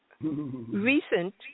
Recent